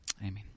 amen